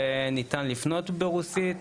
וניתן לפנות ברוסית,